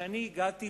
וכשאני הגעתי,